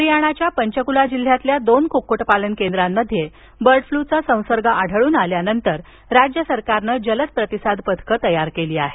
हरियाणाच्या पंचकुला जिल्ह्यातील दोन कुक्कुटपालन केंद्रांमध्ये बर्ड फ्लूचा संसर्ग आढळून आल्यानंतर राज्य सरकारनं जलद प्रतिसाद पथकं तयार केली आहेत